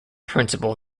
principal